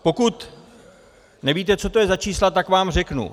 Pokud nevíte, co to je za čísla, tak vám to řeknu.